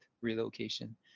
relocation